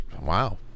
wow